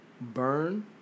burn